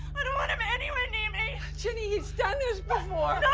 i don't want him anywhere near me. ginny, he's done this before. ah!